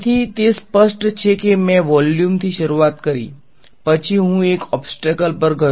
તેથી તે સ્પષ્ટ છે કે મેં વેક્યુમથી શરૂઆત કરી પછી હું એક ઓબ્સ્ટ્રક્લ પર ગયો